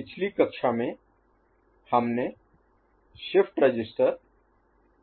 पिछली कक्षा में हमने शिफ्ट रजिस्टर